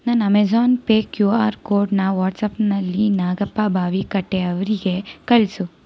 ನನ್ನ Amazon Pay Q R ಕೋಡನ್ನ ವಾಟ್ಸಪ್ನಲ್ಲಿ ನಾಗಪ್ಪ ಬಾವಿಕಟ್ಟೆ ಅವರಿಗೆ ಕಳಿಸು